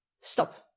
stop